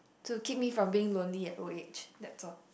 to keep me from being lonely at old age that's all